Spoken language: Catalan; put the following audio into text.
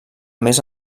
més